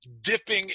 dipping